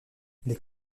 les